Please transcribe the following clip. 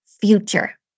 future